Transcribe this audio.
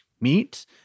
meat